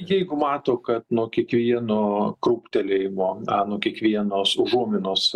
jeigu mato kad nuo kiekvieno krūptelėjimo na nuo kiekvienos užuominos